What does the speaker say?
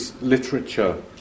literature